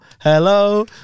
hello